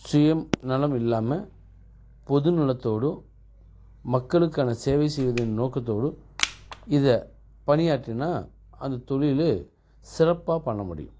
சுயம் நலம் இல்லாமல் பொது நலத்தோடும் மக்களுக்கான சேவை செய்வதன் நோக்கத்தோடு இத பணியாற்றின்னா அந்த தொழில் சிறப்பாக பண்ண முடியும்